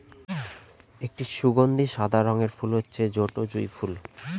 একটি সুগন্ধি সাদা রঙের ফুল হচ্ছে ছোটো জুঁই ফুল